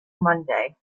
monday